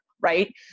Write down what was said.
Right